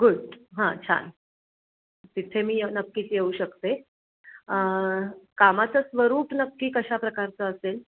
good हां छान तिथे मी य नक्कीच येऊ शकते कामाचं स्वरूप नक्की कशा प्रकारचं असेल